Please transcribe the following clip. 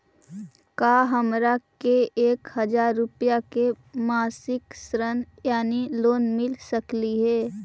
का हमरा के एक हजार रुपया के मासिक ऋण यानी लोन मिल सकली हे?